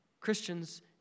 Christians